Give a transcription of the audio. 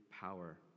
power